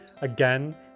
Again